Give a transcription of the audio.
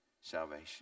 salvation